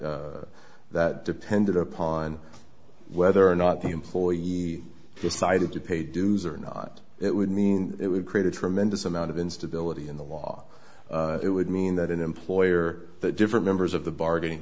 that depended upon whether or not the employee decided to pay dues or not it would mean it would create a tremendous amount of instability in the law it would mean that an employer the different members of the bargain